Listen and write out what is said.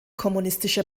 kommunistische